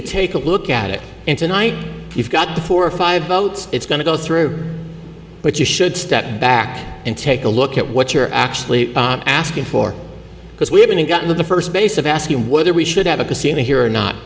to take a look at it and tonight you've got the four or five votes it's going to go through but you should step back and take a look at what you're actually asking for because we haven't gotten the first base of asking whether we should have a casino here or not